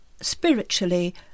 spiritually